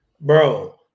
Bro